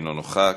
אינו נוכח,